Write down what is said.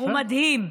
הוא מדהים.